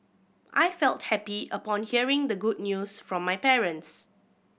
I felt happy upon hearing the good news from my parents